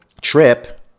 Trip